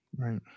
Right